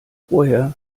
vorher